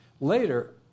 Later